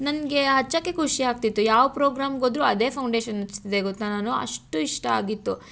ನನಗೆ ಹಚ್ಚೋಕೆ ಖುಷಿ ಆಗ್ತಿತ್ತು ಯಾವ ಪ್ರೋಗ್ರಾಮಿಗೋದರು ಅದೇ ಫೌಂಡೇಶನ್ ಹಚ್ತಿದ್ದೆ ಗೊತ್ತಾ ನಾನು ಅಷ್ಟು ಇಷ್ಟ ಆಗಿತ್ತು